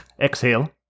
exhale